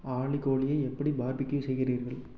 ஆலி கோழியை எப்படி பார்பிக்யூ செய்கிறீர்கள்